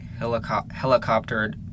helicoptered